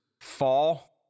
fall